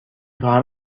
خواهم